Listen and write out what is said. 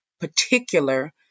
particular